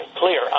clear